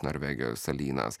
norvegijos salynas